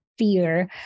fear